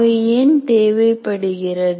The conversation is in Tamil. அவை ஏன் தேவைப்படுகிறது